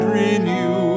renew